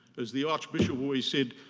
as the arch bishop always said,